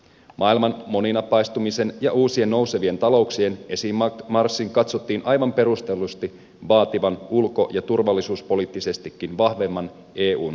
maailman moninapaistumisen ja uusien nousevien talouksien esiinmarssin katsottiin aivan perustellusti vaativan ulko ja turvallisuuspoliittisestikin vahvemman eun rakentamista